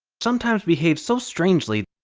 sometimes behave so strangely.